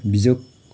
बिजोक